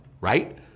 right